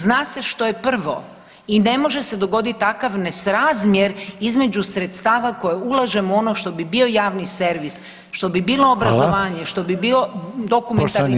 Zna se što je prvo i ne može se dogoditi takav nesrazmjer između sredstava koja ulažemo u ono što bi bio javni servis, što bi bilo obrazovanje [[Upadica Reiner: Hvala.]] što bi bio dokumentarni film i sl.